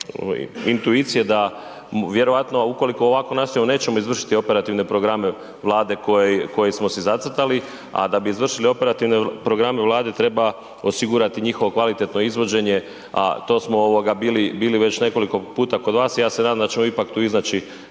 intuicije da vjerojatno, a ukoliko ovako nastavimo nećemo izvršiti operativne programe Vlade koje smo si zacrtali, a da bi izvršili operativne programe Vlade treba osigurati njihovo kvalitetno izvođenje, a to smo bili već nekoliko puta kod vas. Ja se nadam da ćemo mi tu ipak